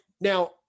now